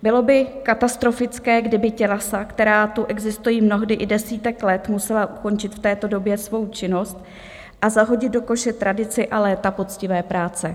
Bylo by katastrofické, kdyby tělesa, která tu existují mnohdy i desítky let, musela ukončit v této době svou činnost a zahodit do koše tradici a léta poctivé práce.